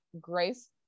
grace